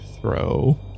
throw